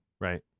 Right